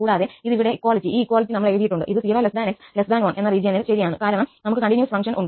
കൂടാതെ ഇത് ഇവിടെ ഇക്വാളിറ്റി ഈ ഇക്വാളിറ്റി നമ്മൾ എഴുതിയിട്ടുണ്ട് ഇത് 0𝑥1 എന്ന റീജിയനിൽ ശരിയാണ് കാരണം നമുക്ക് കണ്ടിന്യൂസ് ഫങ്ക്ഷന് ഉണ്ട്